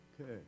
Okay